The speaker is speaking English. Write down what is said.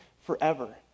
forever